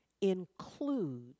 includes